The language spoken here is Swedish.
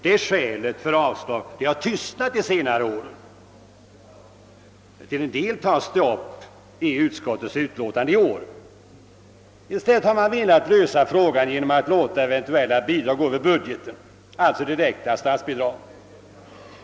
Det skälet för avslag har inte anförts de senare åren. Till en del tas de upp i utskottets utlåtande i år. I stället har man velat lösa frågan genom att låta eventuella bidrag gå över budgeten, alltså genom direkta statsbidrag.